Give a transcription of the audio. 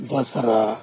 Dasara